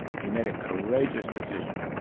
he made a courageous decision.